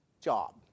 job